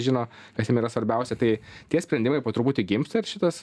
žino kas jiem yra svarbiausia tai tie sprendimai po truputį gimsta ir šitas